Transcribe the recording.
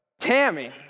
Tammy